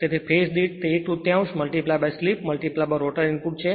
તેથી ફેજ દીઠ તે એક તૃતીયાંશ સ્લિપ રોટર ઇનપુટ છે